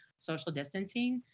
social distancing,